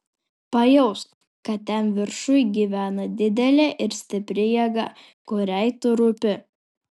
pajausk kad ten viršuj gyvena didelė ir stipri jėga kuriai tu rūpi